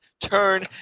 turn